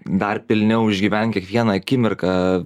dar pilniau išgyvent kiekvieną akimirką